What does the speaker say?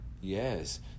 Yes